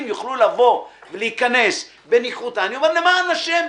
יוכלו להיכנס בניחותא למען השם,